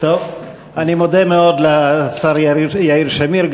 אני מודה מאוד לשר יאיר שמיר,